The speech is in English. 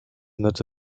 not